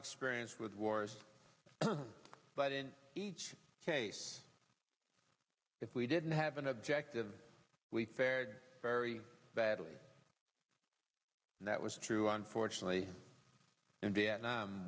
experience with wars but in each case if we didn't have an objective we fared very badly and that was true unfortunately in vietnam